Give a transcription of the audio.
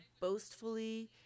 boastfully